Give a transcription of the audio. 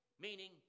Meaning